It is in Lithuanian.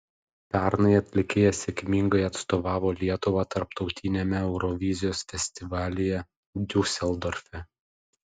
pernai atlikėja sėkmingai atstovavo lietuvą tarptautiniame eurovizijos festivalyje diuseldorfe